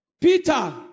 Peter